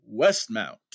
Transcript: Westmount